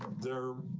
there,